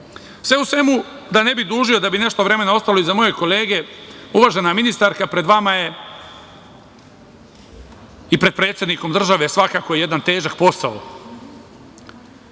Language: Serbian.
u svemu, da ne bih dužio i da bi nešto vremena ostalo i za moje kolege, uvažena ministarka, pred vama i pred predsednikom države je svakako jedan težak posao.